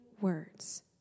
words